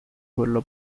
quello